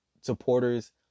supporters